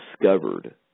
discovered